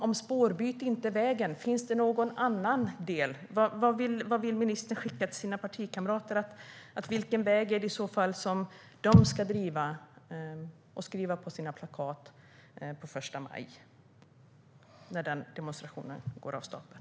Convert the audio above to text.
Om spårbyte inte är vägen, finns det någon annan väg? Vilket budskap vill ministern skicka till sina partikamrater om vilken väg de ska driva? Vad ska det stå på deras plakat i demonstrationen på första maj?